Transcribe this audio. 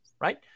right